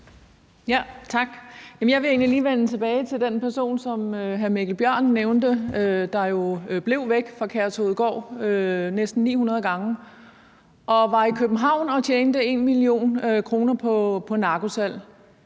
egentlig lige vende tilbage til den person, som hr. Mikkel Bjørn nævnte, der jo blev væk fra Kærshovedgård næsten 900 gange og var i København og tjente 1 mio. kr. på narkosalg.